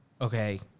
okay